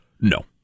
No